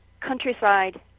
countryside